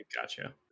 gotcha